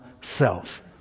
self